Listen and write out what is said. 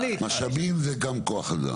משאבים זה גם כוח אדם.